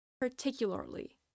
particularly